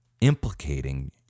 implicating